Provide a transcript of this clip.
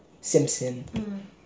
Simpson